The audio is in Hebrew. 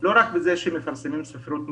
לא רק בזה שמפרסמים ספרות מקומית,